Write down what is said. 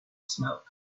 smoke